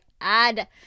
add